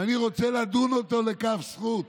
ואני רוצה לדון אותו לכף זכות.